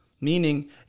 Meaning